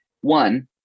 one